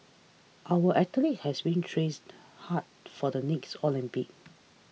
our athletes has been trains hard for the next Olympics